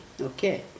Okay